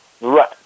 Right